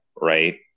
Right